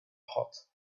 hot